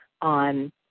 on